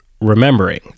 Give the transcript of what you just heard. remembering